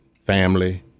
family